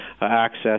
access